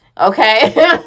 Okay